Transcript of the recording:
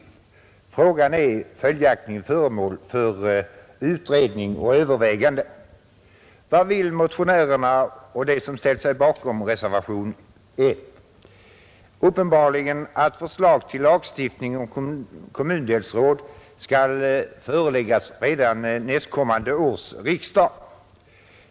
Frågan är följaktligen föremål för utredning och överväganden. Vad vill motionärerna och de som ställt sig bakom reservationen 1? Uppenbarligen att förslag till lagstiftning om kommundelsråd skall föreläggas redan nästkommande års riksdag!